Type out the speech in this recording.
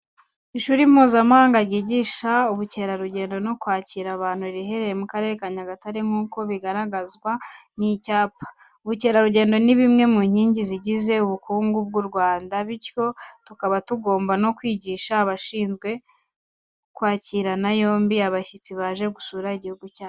Ishuri mpuzamahanga ryigisha ubukerarugendo no kwakira abantu riherereye mu Karere ka Nyagatare nk'uko bigaragazwa n'icyapa. Ubukerarugendo ni imwe mu nkingi zigize ubukungu bw'u Rwanda, bityo tukaba tugomba no kwigisha abashinzwe, kwakirana yombi abashyitsi baje gusura igihugu cyacu.